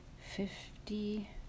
fifty